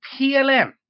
plm